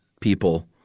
people